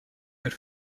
elle